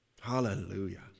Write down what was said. Hallelujah